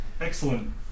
Excellent